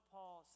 Paul